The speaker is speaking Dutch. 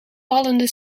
vallende